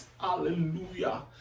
Hallelujah